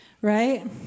right